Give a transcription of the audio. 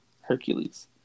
Hercules